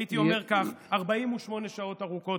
הייתי אומר כך: 48 שעות ארוכות.